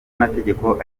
mategeko